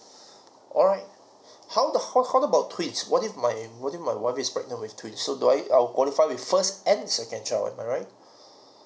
alright how the how how about twins what if my what if my wife is pregnant with twins so do I I'll qualify with the first and the second child am I right